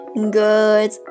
good